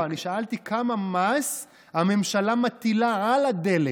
לא, אני שאלתי כמה מס הממשלה מטילה על הדלק.